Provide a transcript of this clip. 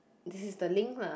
this is the link lah